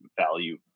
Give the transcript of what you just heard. value